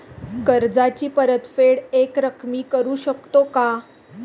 कर्जाची परतफेड एकरकमी करू शकतो का?